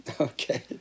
Okay